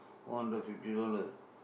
four hundred fifty dollar